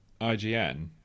IGN